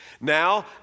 Now